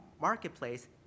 marketplace